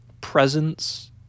presence